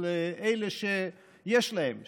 של אלה שיש להם שמפניה,